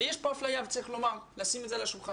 ויש פה אפליה וצריך לשים את זה על השולחן.